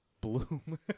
Bloom